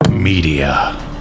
media